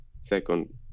Second